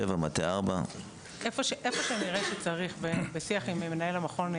7; מטה 4. איפה שנראה שצריך בשיח עם מנהל המכון,